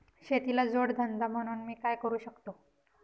शेतीला जोड धंदा म्हणून मी काय करु शकतो?